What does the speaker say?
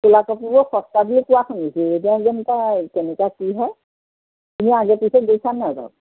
চোলা কাপোৰবোৰ সস্তা বুলি কোৱা শুনিছোঁ এতিয়া যেনেকুৱা কেনেকুৱা কি হয় তুমি আগে পিছে গৈছা নাই বাৰু